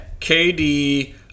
KD